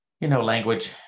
language